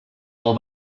del